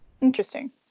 Interesting